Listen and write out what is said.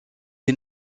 est